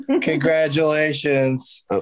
Congratulations